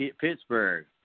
Pittsburgh